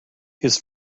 his